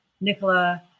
Nicola